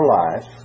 life